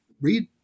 read